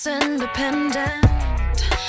independent